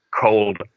cold